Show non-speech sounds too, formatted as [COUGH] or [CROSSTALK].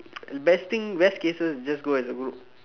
[NOISE] best thing best cases just go as a group